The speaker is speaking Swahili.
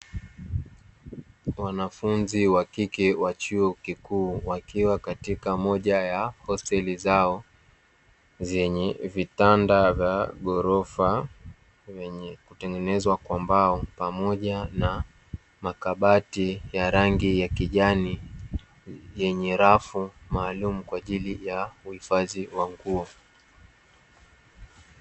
Wanafunzi wa kike wa chuo kikuu wakiwa katika moja ya hosteli zao zenye vitanda vya gorofa wenye kutengeneza kwa mbao pamoja na makabati ya rangi ya kijani yenye rafu maalum kwa ajili ya kuhifadhi wanguo.